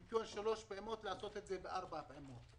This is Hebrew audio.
במקום שלוש פעימות לעשות את זה בארבע פעימות.